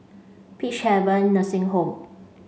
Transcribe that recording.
Peacehaven Nursing Home